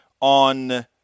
on